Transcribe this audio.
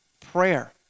Prayer